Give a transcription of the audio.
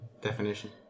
definition